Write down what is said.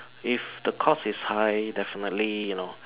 if the cost is high definitely you know